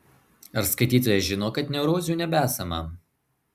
ar skaitytojas žino kad neurozių nebesama